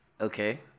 Okay